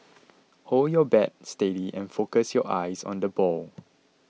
hold your bat steady and focus your eyes on the ball